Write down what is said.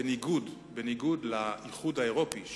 בניגוד לאיחוד האירופי,